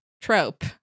trope